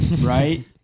right